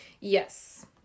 Yes